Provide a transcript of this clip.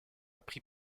pris